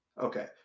Okay